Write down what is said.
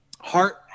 heart